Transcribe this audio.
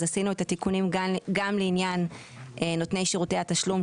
אז עשינו את התיקונים גם לעניין נותני שירותי התשלום,